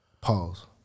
Pause